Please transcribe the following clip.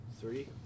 Three